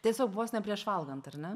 tiesiog vos ne prieš valgant ar ne